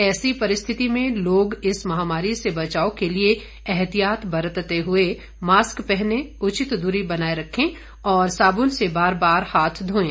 ऐसी परिस्थिति में लोग इस महामारी से बचाव के लिए एहतियात बरतते हए मास्क पहने उचित दूरी बनाए रखें और साबुन से बार बार हाथ धोएं